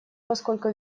поскольку